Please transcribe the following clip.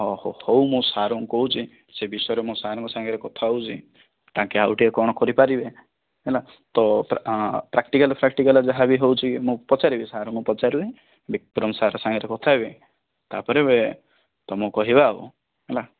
ହ ହଉ ହଉ ମୁଁ ସାରଙ୍କୁ କହୁଛି ସେ ବିଷୟରେ ମୁଁ ସାରଙ୍କ ସାଙ୍ଗରେ କଥା ହେଉଛି ତାଙ୍କେ ଆଉ ଟିକେ କଣ କରିପାରିବେ ହେଲା ତ ପ୍ରାକ୍ଟିକାଲ ଫ୍ରକ୍ଟିକାଲ ଯାହା ବି ହେଉଛି ମୁଁ ପଚାରିବି ସାରଙ୍କୁ ପଚାରିବି ବିକ୍ରମ ସାର୍ ସାଙ୍ଗରେ କଥା ହେବି ତାପରେ ତମକୁ କହିବା ଆଉ ହେଲା